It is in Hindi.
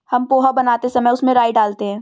हम पोहा बनाते समय उसमें राई डालते हैं